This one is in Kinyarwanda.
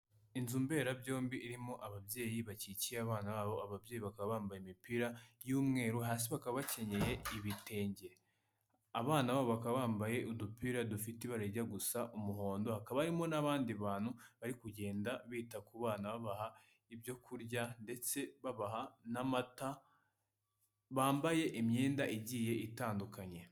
Inzu mberabyombi irimo ababyeyi bakikiye abana babo ababyeyi bakaba bambaye imipira y'umweru hasi bakaba bakenyeye ibitenge. Abana babo bakaba bambaye udupira dufite ibara rijya gusa umuhondo hakaba harimo n'abandi bantu bari kugenda bita ku bana babaha ibyo kurya ndetse babaha n'amata bambaye imyenda igiye itandukanye.